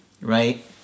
right